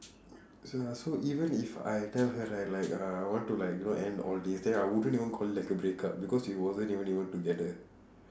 so ya so even if I tell her right like uh I want to like you know end all this then I wouldn't even call it like a break up because we wasn't even together